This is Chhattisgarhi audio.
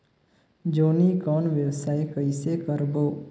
जोणी कौन व्यवसाय कइसे करबो?